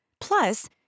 Plus